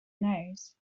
nose